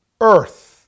earth